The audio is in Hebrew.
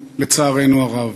לצערנו הרב.